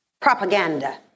propaganda